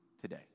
today